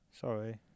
Sorry